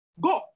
Go